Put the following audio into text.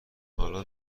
حالا